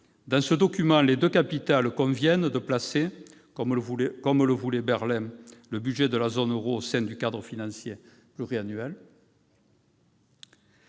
Dans ce document, les deux capitales conviennent de placer, comme le voulait Berlin, le budget de la zone euro au sein du cadre financier pluriannuel.